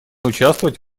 участвовать